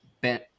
Ben